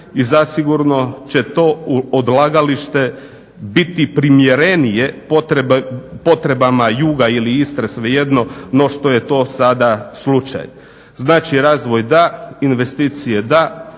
i zasigurno će to odlagalište biti primjerenije potrebama juga ili Istre, svejedno, no što je to sada slučaj. Znači razvoj da, investicije da,